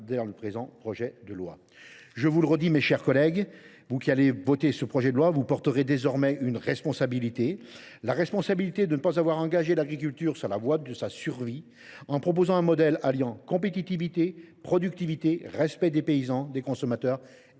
Je vous le dis, mes chers collègues qui allez voter ce texte, vous porterez désormais une responsabilité : celle de ne pas avoir engagé l’agriculture sur la voie de sa survie, en proposant un modèle alliant compétitivité, productivité et respect des paysans, des consommateurs et de